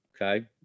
okay